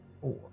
four